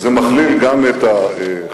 זה מכליל גם את החוויה,